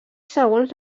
segons